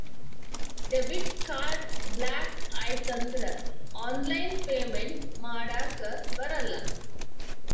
debit card block ಆಯ್ತಂದ್ರ online payment ಮಾಡಾಕಬರಲ್ಲ